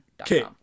Okay